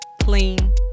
clean